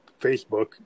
Facebook